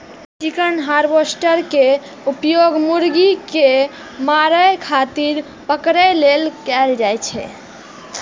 chicken harvester के उपयोग मुर्गी कें मारै खातिर पकड़ै लेल कैल जाइ छै